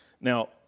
Now